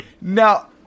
Now